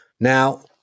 Now